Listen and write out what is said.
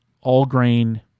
all-grain